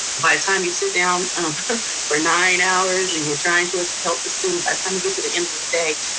by the time you sit down for nine hours, and you're trying to help the students. by the time you get to the end of the day,